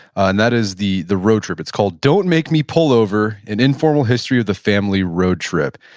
and that is the the road trip. it's called, don't make me pull over! an informal history of the family road trip.